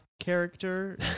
character